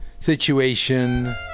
situation